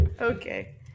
Okay